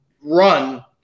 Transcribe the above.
run